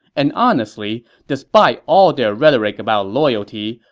and honestly, despite all their rhetoric about loyalty,